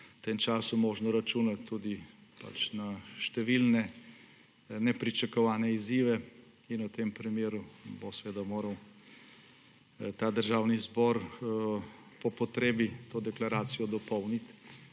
v tem času možno računati tudi na številne nepričakovane izzive. V tem primeru bo seveda moral Državni zbor po potrebi to deklaracijo dopolniti